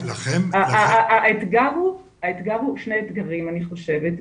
יש שני אתגרים אני חושבת,